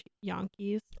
Yankees